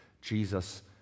Jesus